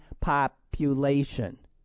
population